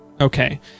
Okay